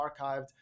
archived